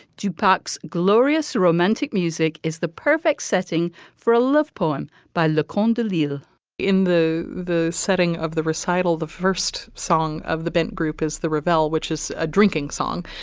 tupac's glorious romantic music is the perfect setting for a love poem by la condaleeza in the the setting of the recital the first song of the bent group is the revelle, which is a drinking song.